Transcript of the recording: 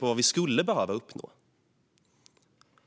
vad vi skulle behöva uppnå.